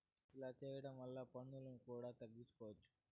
ఇలా చేయడం వల్ల పన్నులు కూడా తగ్గించుకోవచ్చు